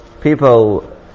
people